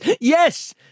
yes